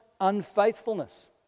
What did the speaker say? unfaithfulness